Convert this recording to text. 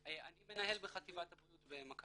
אני מנהל בחטיבת הבריאות במכבי.